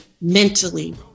mentally